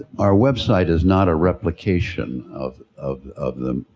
our website is not a replication of, of, of the,